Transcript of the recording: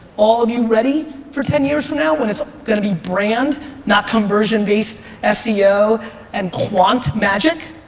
all of you ready for ten years from now when it's gonna be brand not conversion based ah seo and quant magic?